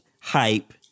hype